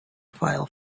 file